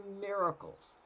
miracles